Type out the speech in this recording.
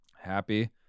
Happy